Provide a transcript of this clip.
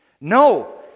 No